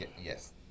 Yes